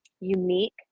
unique